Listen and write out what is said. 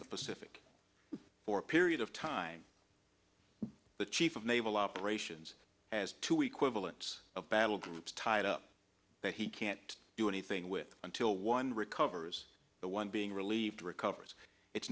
pacific for a period of time the chief of naval operations has to equal it's a battle group tied up that he can't do anything with until one recovers the one being relieved recovers it's